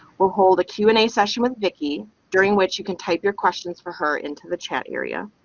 will hold a q and a session with vicky during which you can type your questions for her into the chat area.